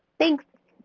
thanks.